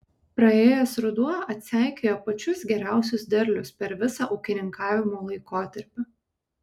praėjęs ruduo atseikėjo pačius geriausius derlius per visą ūkininkavimo laikotarpį